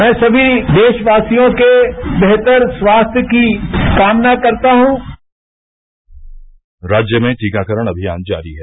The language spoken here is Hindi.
मैं सभी देशवासियों के बेहतर स्वास्थ्य की कामना करता हूं राज्य में टीकाकरण अभियान जारी है